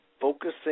focusing